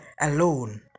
alone